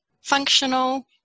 functional